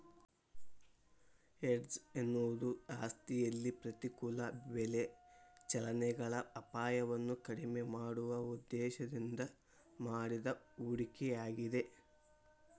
hedge ಎನ್ನುವುದು ಆಸ್ತಿಯಲ್ಲಿ ಪ್ರತಿಕೂಲ ಬೆಲೆ ಚಲನೆಗಳ ಅಪಾಯವನ್ನು ಕಡಿಮೆ ಮಾಡುವ ಉದ್ದೇಶದಿಂದ ಮಾಡಿದ ಹೂಡಿಕೆಯಾಗಿದೆ